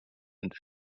und